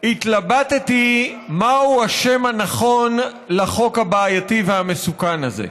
התלבטתי מהו השם הנכון לחוק הבעייתי והמסוכן הזה.